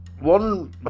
one